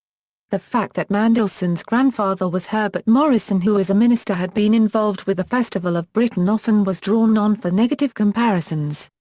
the fact that mandelson's grandfather was herbert morrison who as a minister had been involved with the festival of britain often was drawn on for negative comparisons.